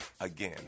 Again